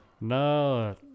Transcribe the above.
No